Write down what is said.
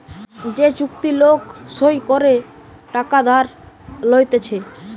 যে চুক্তি লোক সই করে টাকা ধার লইতেছে